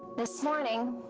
this morning,